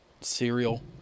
cereal